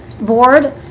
board